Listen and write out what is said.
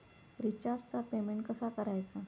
रिचार्जचा पेमेंट कसा करायचा?